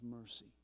mercy